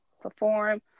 perform